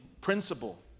principle